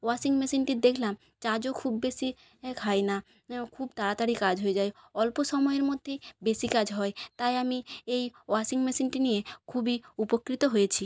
washing মেশিনটি দেখলাম চার্জও খুব বেশি খায় না খুব তাড়াতাড়ি কাজ হয়ে যায় অল্প সময়ের মধ্যেই বেশি কাজ হয় তাই আমি এই ওয়াশিং মেশিনটি নিয়ে খুবই উপকৃত হয়েছি